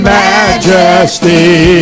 majesty